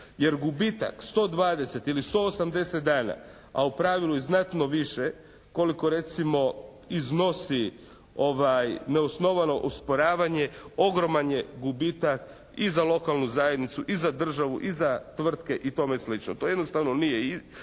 jer gubitak 120 ili 180 dana, a u pravilu i znatno više koliko recimo iznosi neosnovano osporavanje ogroman je gubitak i za lokalnu zajednicu i za državu i za tvrtke i tome slično. To jednostavno nije igra,